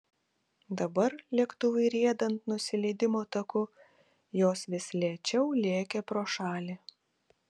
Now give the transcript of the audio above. dabar lėktuvui riedant nusileidimo taku jos vis lėčiau lėkė pro šalį